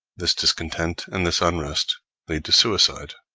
this discontent and this unrest lead to suicide.